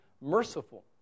merciful